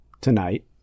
tonight